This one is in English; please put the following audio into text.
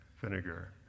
vinegar